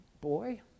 Boy